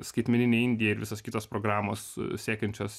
skaitmeninė indija ir visos kitos programos siekiančios